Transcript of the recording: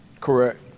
Correct